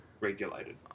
regulated